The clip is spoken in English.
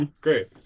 Great